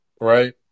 right